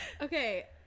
okay